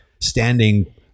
standing